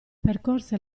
percorse